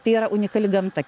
tai yra unikali gamta